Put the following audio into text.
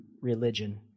religion